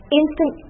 instant